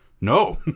no